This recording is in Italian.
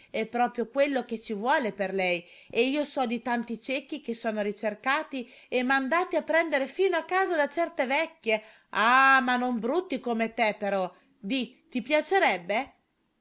è proprio quello che ci vuole per lei e io so di tanti ciechi che sono ricercati e mandati a prendere fino a casa da certe vecchie ah ma non brutti come te però di ti piacerebbe